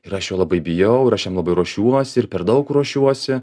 ir aš jo labai bijau ir aš jam labai ruošiuosi ir per daug ruošiuosi